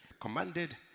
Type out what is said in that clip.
commanded